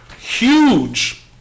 huge